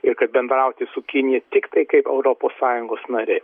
ir kad bendrauti su kinija tiktai kaip europos sąjungos narė